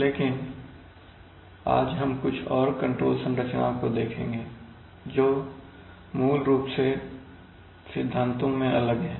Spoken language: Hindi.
लेकिन आज हम कुछ और कंट्रोल संरचनाओं को देखेंगे जो मूल रूप से सिद्धांतों में अलग हैं